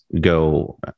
go